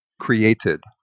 created